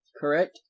Correct